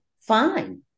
fine